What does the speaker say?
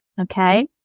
Okay